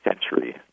century